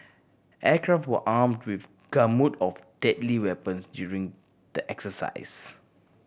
aircraft were armed with gamut of deadly weapons during the exercise